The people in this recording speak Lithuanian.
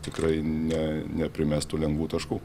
tikrai ne neprimestų lengvų taškų